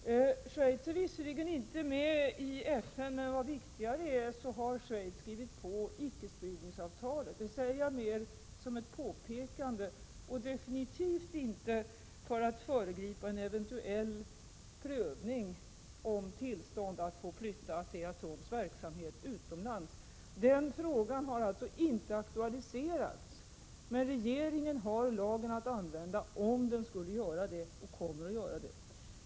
Schweiz är visserligen inte med i FN, men vad viktigare är: Schweiz har skrivit på icke—spridnings-avtalet. Det säger jag mer som ett påpekande och definitivt inte för att föregripa en eventuell prövning av tillstånd att få flytta ASEA-ATOM:s verksamhet utomlands. Den frågan har inte aktualiserats, men om så sker har regeringen lagen att använda — och kommer också att göra det.